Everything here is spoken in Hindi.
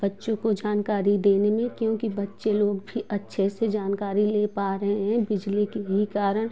बच्चों को जानकारी देने में क्योंकि बच्चे लोग भी अच्छे से जानकारी ले पा रहे हैं बिजली की भी कारण